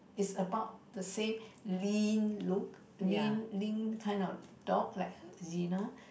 is about the same lean look lean lean kind of dog like Jinna